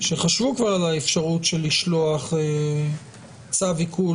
כאשר חשבו כבר על האפשרות לשלוח צו עיקול